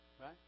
right